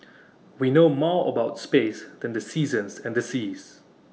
we know more about space than the seasons and the seas